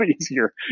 easier